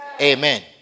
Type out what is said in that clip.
Amen